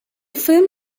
film